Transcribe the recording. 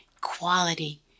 quality